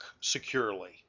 securely